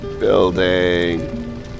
Building